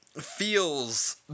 feels